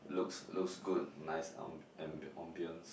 looks looks good nice am~ am~ ambience